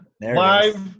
live